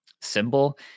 symbol